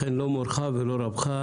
אכן לא מורך ולא רבך.